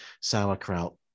Sauerkraut